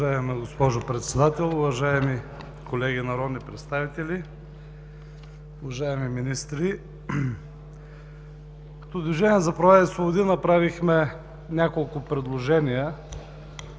Уважаема госпожо Председател, уважаеми колеги народни представители, уважаеми министри! От „Движението за права и свободи“ направихме няколко предложения